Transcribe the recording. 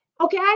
Okay